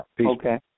Okay